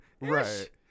Right